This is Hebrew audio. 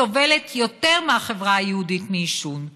סובלת יותר מהחברה היהודית מעישון.